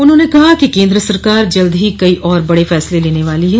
उन्होंने कहा कि केन्द्र सरकार जल्द ही कई और बड़े फैसले लेने वाली है